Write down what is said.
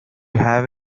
have